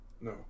no